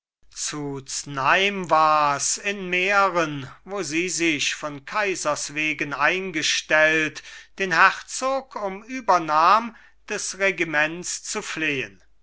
wars in mähren wo sie sich von kaisers wegen eingestellt den herzog um übernahm des regiments zu flehen